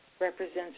represents